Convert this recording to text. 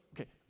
okay